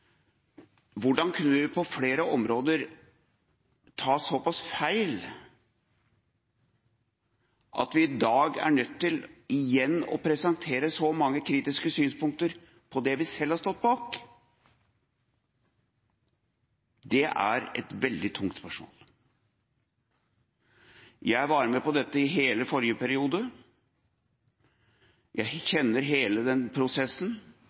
Hvordan kunne vi på flere områder ta såpass feil at vi i dag er nødt til igjen å presentere så mange kritiske synspunkter på det vi selv har stått bak? Det er et veldig tungt spørsmål. Jeg var med på dette i hele forrige periode, jeg kjenner hele denne prosessen,